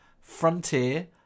Frontier